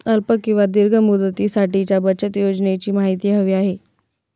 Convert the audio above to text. अल्प किंवा दीर्घ मुदतीसाठीच्या बचत योजनेची माहिती हवी आहे